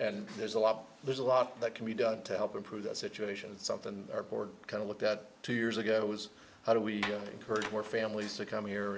and there's a lot there's a lot that can be done to help improve the situation something or board kind of looked at two years ago was how do we encourage more families to come here